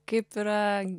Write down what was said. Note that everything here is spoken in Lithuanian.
kaip yra